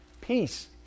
peace